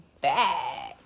back